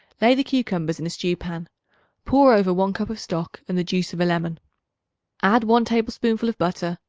lay the cucumbers in a stew-pan pour over one cup of stock and the juice of a lemon add one tablespoonful of butter,